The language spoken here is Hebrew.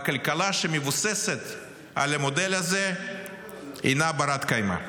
הכלכלה שמבוססת על המודל הזה אינה בת-קיימא.